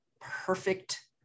perfect